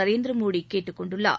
நரேந்திர மோடி கேட்டுக் கொண்டுள்ளார்